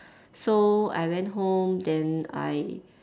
so I went home then I